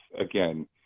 again